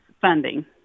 funding